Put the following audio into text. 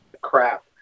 crap